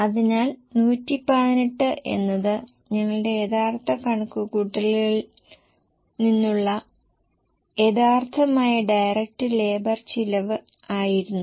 അതിനാൽ 118 എന്നത് ഞങ്ങളുടെ യഥാർത്ഥ കണക്കുകൂട്ടലിൽ നിന്നുള്ള യഥാർത്ഥമായ ഡയറക്ട് ലേബർ ചിലവ് ആയിരുന്നു